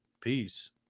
Peace